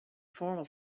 formal